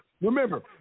Remember